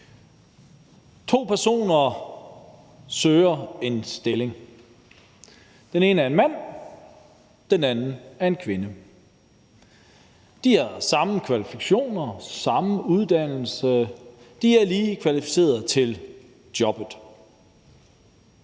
To personer søger en stilling. Den ene er en mand, og den anden er en kvinde. De har de samme kvalifikationer, den samme uddannelse, de er lige kvalificerede til jobbet,